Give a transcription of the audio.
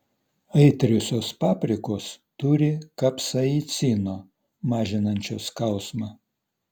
aitriosios paprikos turi kapsaicino mažinančio skausmą